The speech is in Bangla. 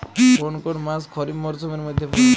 কোন কোন মাস খরিফ মরসুমের মধ্যে পড়ে?